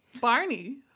Barney